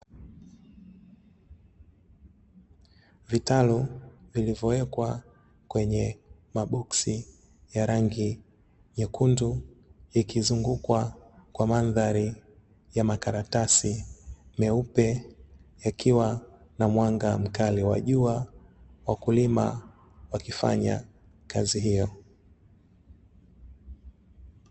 Vitalu vilivyowekwa kwenye maboksi ya rangi nyekundu ikizungukwa kwa mandhari ya makaratasi meupe, yakiwa na mwanga mkali wa jua, wakulima wakifanya kazi hiyo.